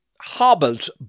hobbled